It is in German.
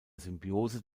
symbiose